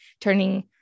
turning